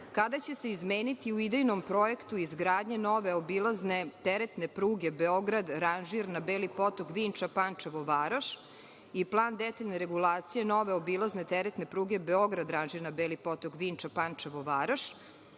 kada će se izmeniti u idejnom projektu izgradnje nove obilazne teretne pruge Beograd-Ranžirna-Beli Potok-Vinča-Pančevo-Varoš i plan detaljne regulacije nove obilazne teretne pruge Beograd-Ranžirna-Beli Potok-Vinča-Pančevo-Varoš,